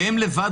והם לבד,